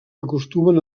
acostumen